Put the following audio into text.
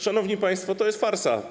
Szanowni państwo, to jest farsa.